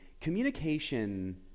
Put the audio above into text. communication